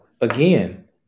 again